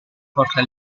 porta